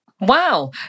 Wow